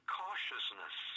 cautiousness